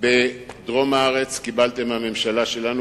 בדרום הארץ קיבלתם מהממשלה שלנו,